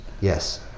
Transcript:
Yes